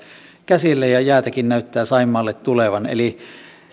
käsillä ja jäätäkin näyttää saimaalle tulevan